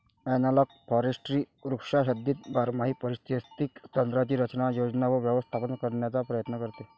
analogue forestry वृक्षाच्छादित बारमाही पारिस्थितिक तंत्रांची रचना, योजना व व्यवस्थापन करण्याचा प्रयत्न करते